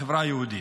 בחברה היהודית,